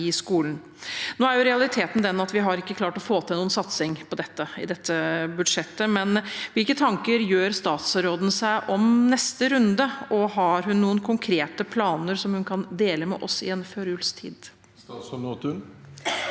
Nå er realiteten den at vi ikke har klart å få til noen satsing på det i dette budsjettet, men hvilke tanker gjør statsråden seg om neste runde? Har hun noen konkrete planer som hun kan dele med oss i en førjulstid? Statsråd